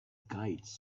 guides